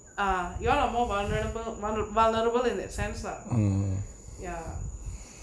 ah you all are more vulnerable vul~ vulnerable in the sense lah ya